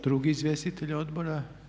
Drugi izvjestitelj odbora?